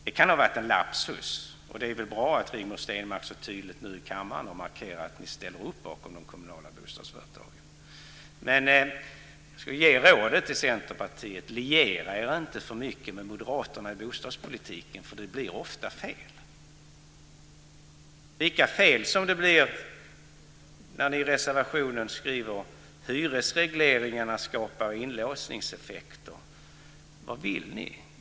Det kan ha varit en lapsus, och det är bra att Rigmor Stenmark så tydligt nu i kammaren markerar att ni ställer upp bakom de kommunala bostadsföretagen. Jag skulle vilja ge ett råd till Centerpartiet. Liera er inte för mycket med Moderaterna i bostadspolitiken, för det blir ofta fel! Lika fel blir det när ni i reservationen skriver att hyresregleringarna skapar inlåsningseffekter. Vad vill ni?